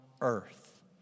earth